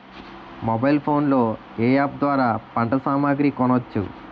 Mobile phone లో ఏ app ద్వారా పంట సామాగ్రి కొనచ్చు?